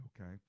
okay